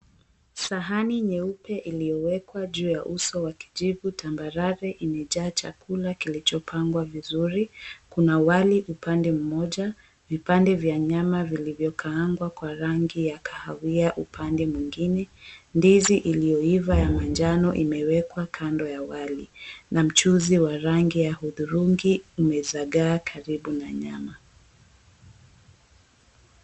Sahani nyeupe iliyowekwa juu ya uso wa kijivu tambarare imejaa chakula kilichopangwa vizuri. Kuna wali upande mmoja, vipande vya nyama vilivyokaangwa kwa rangi ya kahawia upande mwingine, ndizi iliyoiva ya manjano imewekwa kando ya wali na mchuzi wa rangi ya hudhurungi umezagaa karibu na nyama.